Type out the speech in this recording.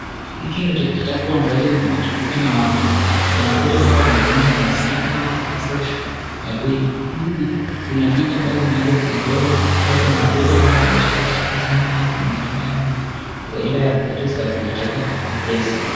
Hiki ni kitabu ambacho kinatumika na watoto au wanafunzi wa msingi au wa darasa la pili. Kuna picha ambazo zimeweza kuchorwa na kuna mtoto ambaye ameweza kushika simu naye kuna mwengine ako kwa ile harakati za kutaka kuicheza.